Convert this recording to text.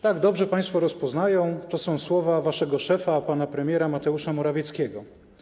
Tak, dobrze państwo rozpoznają, to są słowa waszego szefa, pana premiera Mateusza Morawieckiego.